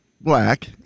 Black